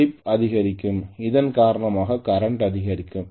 slip அதிகரிக்கும் இதன் காரணமாக கரன்ட் அதிகரிக்கும்